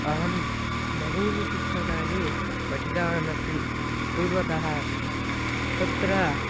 अहं बहूनि पुस्तकानि पठितवान् अस्मि पूर्वतः अपि तत्र